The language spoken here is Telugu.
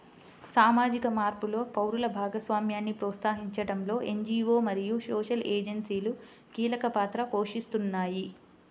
సామాజిక మార్పులో పౌరుల భాగస్వామ్యాన్ని ప్రోత్సహించడంలో ఎన్.జీ.వో మరియు సోషల్ ఏజెన్సీలు కీలక పాత్ర పోషిస్తాయి